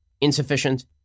insufficient